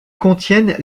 contiennent